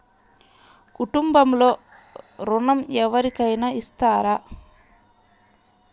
కుటుంబంలో ఋణం ఎవరికైనా ఇస్తారా?